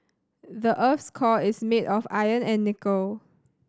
the earth's core is made of iron and nickel